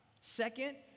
Second